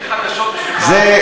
יש לי חדשות בשבילך, זה,